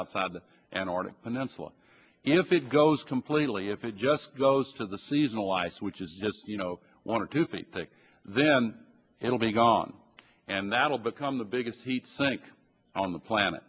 outside antarctic peninsula and if it goes completely if it just goes to the seasonal ice which is just you know one or two feet thick then it'll be gone and that'll become the biggest heat sink on the planet